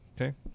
Okay